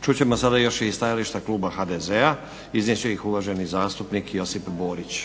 Čut ćemo sada još i stajališta kluba HDZ-a. Iznijet će ih uvaženi zastupnik Josip Borić.